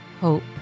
Hope